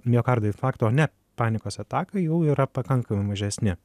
miokardo infarktą o ne panikos ataką jau yra pakankamai mažesni